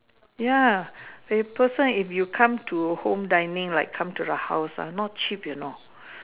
ya per person if you come to home dining like come to the house ah not cheap you know